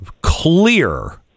clear